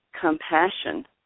compassion